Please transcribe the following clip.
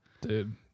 Dude